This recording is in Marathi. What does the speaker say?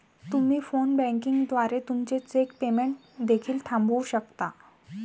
तुम्ही फोन बँकिंग द्वारे तुमचे चेक पेमेंट देखील थांबवू शकता